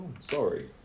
Sorry